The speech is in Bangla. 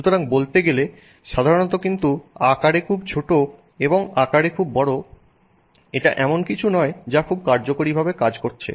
সুতরাং বলতে গেলে সাধারণত কিন্তু আকারে খুব ছোট এবং আকারে খুব বড় এটা এমন কিছু নয় যা খুব কার্যকরী ভাবে কাজ করছে